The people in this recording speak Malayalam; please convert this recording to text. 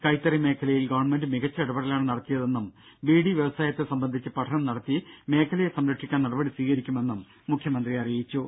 കൈത്തറി മേഖലയിൽ ഗവൺമെന്റ് മികച്ച ഇടപെടലാണ് നടത്തിയതെന്നും ബീഡി വ്യവസായത്തെ സംബന്ധിച്ച് പഠനം നടത്തി മേഖലയെ സംരക്ഷിക്കാൻ നടപടി സ്വീകരിക്കുമെന്നും മുഖ്യമന്ത്രി അറിയിച്ചു